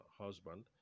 husband